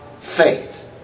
faith